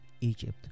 Egypt